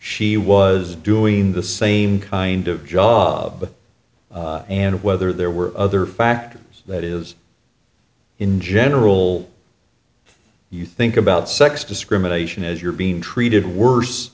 she was doing the same kind of job and whether there were other factors that is in general if you think about sex discrimination as you're being treated worse